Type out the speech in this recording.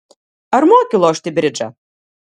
ar moki lošti bridžą